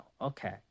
okay